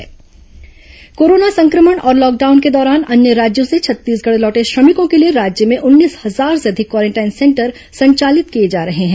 quarantine centre श्रमिक corona सं क्र मण और लॉकडाउन के दौरान अन्य राज्यों से छत्तीसगढ़ लौटे श्रमिकों के लिए राज्य में उन्नीस हजार से अधिक क्वारेंटाइन सेंटर संचालित किए जा रहे हैं